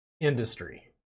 industry